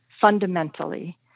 fundamentally